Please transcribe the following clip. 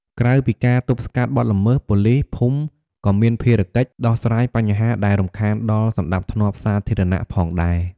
ក្រៅពីការទប់ស្កាត់បទល្មើស ប៉ូលីសភូមិក៏មានភារកិច្ច ដោះស្រាយបញ្ហាដែលរំខានដល់សណ្តាប់ធ្នាប់សាធារណៈ ផងដែរ។